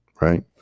Right